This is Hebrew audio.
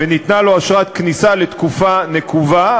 וניתנה לו אשרת כניסה לתקופה נקובה,